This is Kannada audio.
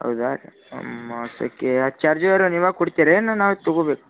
ಹೌದಾ ಮತ್ತೆ ಕೇ ಚಾರ್ಜರ್ ನೀವೇ ಕೊಡ್ತೀರೇನು ನಾವು ತಗೊಳ್ಬೇಕು